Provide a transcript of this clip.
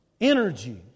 energy